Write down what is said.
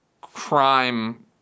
crime